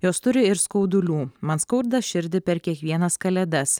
jos turi ir skaudulių man skauda širdį per kiekvienas kalėdas